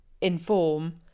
inform